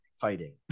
fighting